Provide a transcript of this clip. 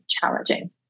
challenging